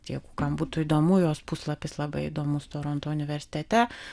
tie kam būtų įdomu jos puslapis labai įdomus toronto universitete